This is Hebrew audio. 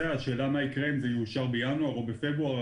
השאלה מה יקרה אם זה יאושר בינואר או בפברואר.